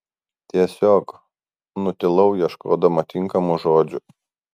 tiesiog nutilau ieškodama tinkamų žodžių